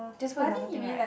jasper is marketing right